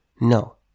No